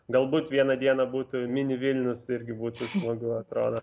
galbūt vieną dieną būtų mini vilnius irgi būtų smagu atrodo